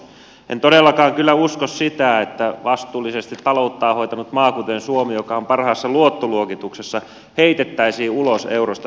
en todellakaan kyllä usko sitä että vastuullisesti talouttaan hoitanut maa kuten suomi joka on parhaassa luottoluokituksessa heitettäisiin ulos eurosta